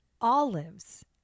olives